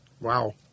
Wow